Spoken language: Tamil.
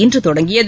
இன்றுதொடங்கியது